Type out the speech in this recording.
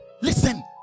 Listen